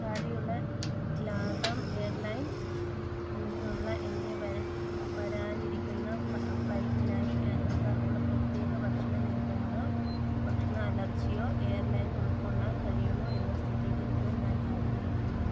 താഴെയുള്ള LATAM airline എന്നതിനുള്ള എൻ്റെ വരാനിരിക്കുന്ന ഫ്ളൈറ്റിനായി യാത്രക്കാർക്കുള്ള പ്രത്യേക ഭക്ഷണ നിയന്ത്രങ്ങളോ ഭക്ഷണ അലർജിയോ എയർലൈൻ ഉൾക്കൊള്ളാൻ കഴിയുമോ എന്നു സ്ഥിരീകരിക്കുവാൻ ഞാൻ ആഗ്രഹിക്കുന്നു